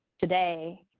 today